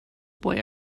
boy